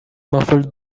muffled